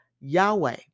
Yahweh